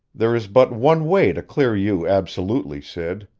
there is but one way to clear you absolutely, sid.